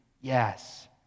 Yes